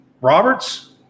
Roberts